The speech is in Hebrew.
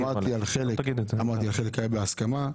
אמרתי, חלק היה בהסכמה.